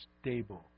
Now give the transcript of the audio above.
stable